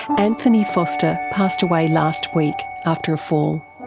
anthony foster passed away last week, after a fall.